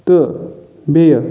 تہٕ بیٚیہِ